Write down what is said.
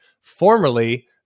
formerly